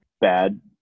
bad –